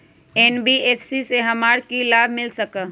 NBFC से हमार की की लाभ मिल सक?